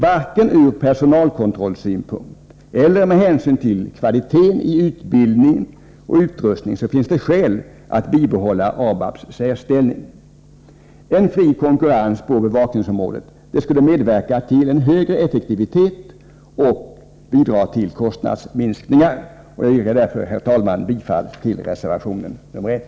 Varken ur personalkontrollsynpunkt eller med hänsyn till kvaliteten i utbildning och utrustning finns skäl att bibehålla ABAB:s särställning. En fri konkurrens på bevakningsområdet skulle medverka till högre effektivitet och bidra till kostnadsminskningar. Jag yrkar därför, herr talman, bifall till reservation 1.